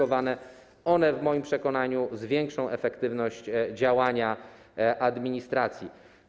One, w moim przekonaniu, zwiększą efektywność działania administracji.